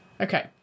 okay